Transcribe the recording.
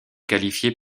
qualifiées